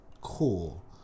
cool